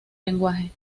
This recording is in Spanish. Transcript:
lenguaje